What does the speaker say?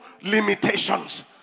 Limitations